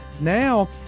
now